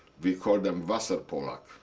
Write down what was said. we called them wasserpolak.